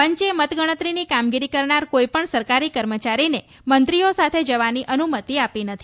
પંચે મતગણતરીની કામગીરી કરનાર કોઇપણ સરકારી કર્મચારીને મંત્રીઓ સાથે જવાની અનુમતી આપી નથી